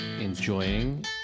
enjoying